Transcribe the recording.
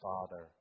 Father